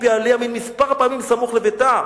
פעילי ימין מספר פעמים סמוך לביתה,